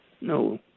no